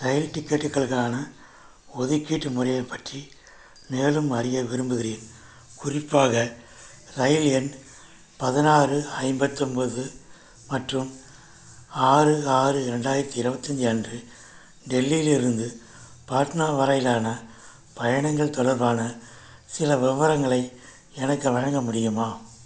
ரயில் டிக்கெட்டுக்களுக்கான ஒதுக்கீட்டு முறையை பற்றி மேலும் அறிய விரும்புகிறேன் குறிப்பாக ரயில் எண் பதினாறு ஐம்பத்து ஒம்பது மற்றும் ஆறு ஆறு ரெண்டாயிரத்தி இருவத்தஞ்சி அன்று டெல்லியிலிருந்து பாட்னா வரையிலான பயணங்கள் தொடர்பான சில விவரங்களை எனக்கு வழங்க முடியுமா